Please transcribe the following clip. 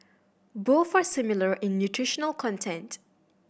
both are similar in nutritional content